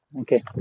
Okay